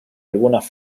algunas